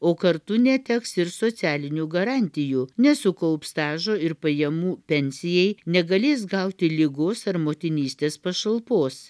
o kartu neteks ir socialinių garantijų nesukaups stažo ir pajamų pensijai negalės gauti ligos ar motinystės pašalpos